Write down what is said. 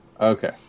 Okay